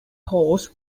horse